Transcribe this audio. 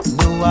no